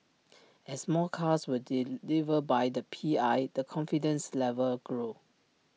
as more cars were delivered by the P I the confidence level grow